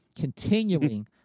continuing